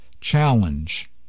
challenge